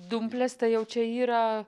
dumplės tai jau čia yra